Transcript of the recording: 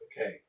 Okay